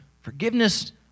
Forgiveness